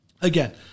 Again